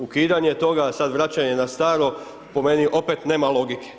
Ukidanje toga, sad vraćanje na staro, po meni opet nema logike.